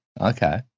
Okay